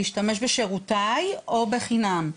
להשתמש בשירותיו או בחינם.